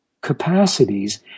capacities